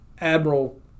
Admiral